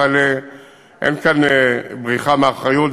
אבל אין כאן בריחה מאחריות,